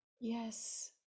Yes